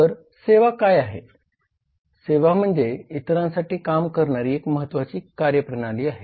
तर सेवा काय आहे सेवा म्हणजे इतरांसाठी काम करणारी एक महत्वाची कार्य प्रणाली आहे